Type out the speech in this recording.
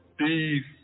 Steve